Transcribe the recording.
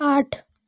आठ